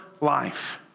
life